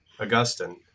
Augustine